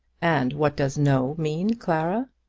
and what does no mean, clara?